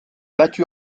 battu